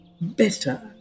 better